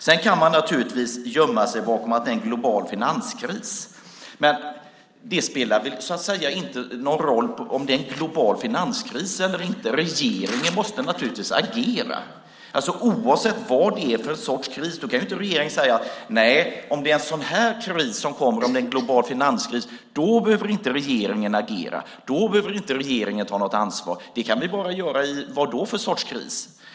Man kan naturligtvis gömma sig bakom att det är global finanskris, men det spelar väl ingen roll om det är global finanskris eller inte. Regeringen måste agera oavsett vad det är för sorts kris. Regeringen kan inte säga: Nej, om det är global finanskris behöver inte regeringen agera och ta ansvar. Det kan vi bara göra i - ja, vadå för sorts kris?